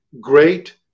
great